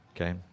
Okay